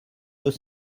deux